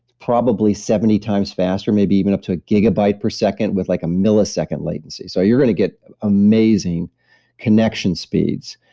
probably seventy times faster, maybe even up to a gigabyte per second with like a millisecond latency. so you're going to get amazing connection speeds,